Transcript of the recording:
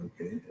Okay